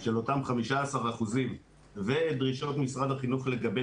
של אותם 15% ודרישות משרד החינוך לגבי